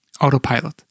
autopilot